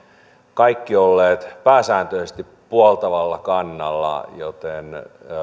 kaikki olleet pääsääntöisesti puoltavalla kannalla joten